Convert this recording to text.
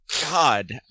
God